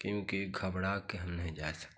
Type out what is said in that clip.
क्योंकि घबड़ा के हम नहीं जा सकते